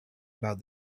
about